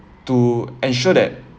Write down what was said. to ensure that